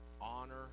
honor